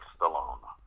Stallone